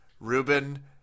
Ruben